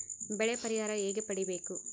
ಬೆಳೆ ಪರಿಹಾರ ಹೇಗೆ ಪಡಿಬೇಕು?